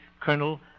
Colonel